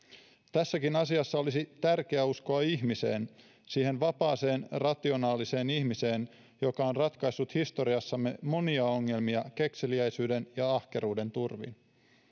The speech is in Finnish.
tässäkin asiassa olisi tärkeää uskoa ihmiseen siihen vapaaseen rationaaliseen ihmiseen joka on ratkaissut historiassamme monia ongelmia kekseliäisyyden ja ahkeruuden turvin